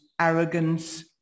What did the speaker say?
arrogance